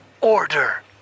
order